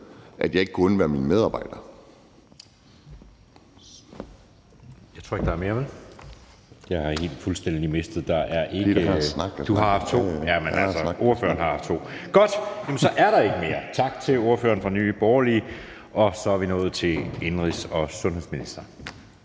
og jeg ikke kunne undvære mine medarbejdere.